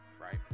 right